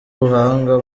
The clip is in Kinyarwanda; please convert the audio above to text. ubuhanga